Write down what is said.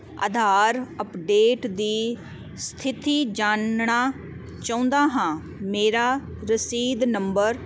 ਅਧਾਰ ਅਪਡੇਟ ਦੀ ਸਥਿਤੀ ਜਾਨਣਾ ਚਾਹੁੰਦਾ ਹਾਂ ਮੇਰਾ ਰਸੀਦ ਨੰਬਰ